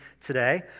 today